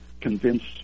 convinced